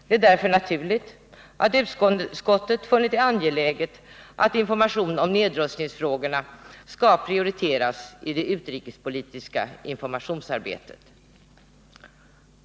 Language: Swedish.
Det är därför naturligt att utskottet funnit det angeläget att informationen om nedrustningsfrågorna skall prioriteras i det utrikespolitiska informationsarbetet.